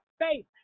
faith